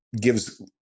Gives